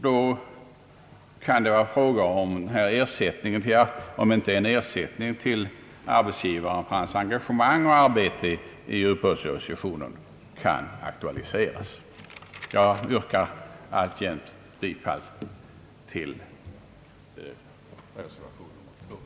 Då kan det bli fråga om den här ersättningen, ty jag undrar om inte en ersättning till arbetsgivaren för hans engagemang och arbete i uppbördsorganisationen kan aktualiseras. Jag yrkar alltjämt bifall till reservation 2.